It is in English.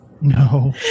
No